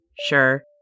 Sure